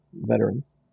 veterans